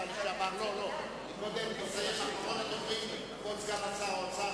אחרון הדוברים, כבוד שר האוצר